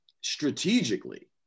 strategically